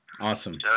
Awesome